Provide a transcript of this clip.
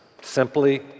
Simply